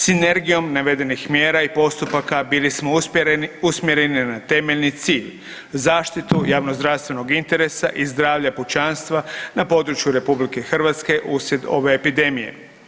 Sinergijom navedenih mjera i postupaka bili smo usmjereni na temeljni cilj, zaštitu javnozdravstvenog interesa i zdravlja pučanstva na području RH uslijed ove epidemije.